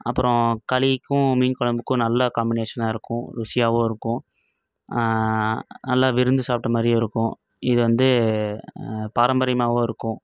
அப்புறம் களிக்கும் மீன் குழம்புக்கும் நல்ல காம்பினேஷனாக இருக்கும் ருசியாகவும் இருக்கும் நல்ல விருந்து சாப்பிட்ட மாதிரியும் இருக்கும் இது வந்து பாரம்பரியமாகவும் இருக்கும்